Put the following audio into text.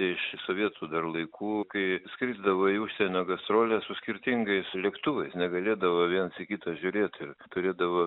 iš sovietų dar laikų kai skrisdavo į užsienio gastroles su skirtingais lėktuvais negalėdavo viens į kitą žiūrėt ir turėdavo